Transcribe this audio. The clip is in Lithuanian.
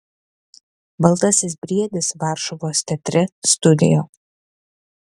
baltasis briedis varšuvos teatre studio